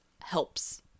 helps